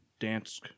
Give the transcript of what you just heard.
Dansk